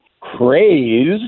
crazed